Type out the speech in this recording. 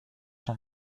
son